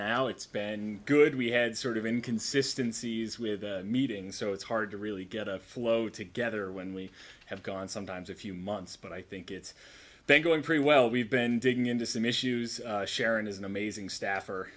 now it's been good we had sort of in consistencies we had meetings so it's hard to really get a flow together when we have gone sometimes a few months but i think it's been going pretty well we've been digging into some issues sharon is an amazing staff